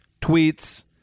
tweets